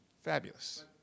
Fabulous